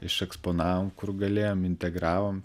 išeksponavom kur galėjom integravom